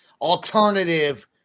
alternative